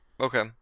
Okay